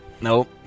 Nope